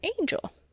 angel